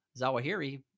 Zawahiri